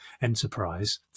enterprise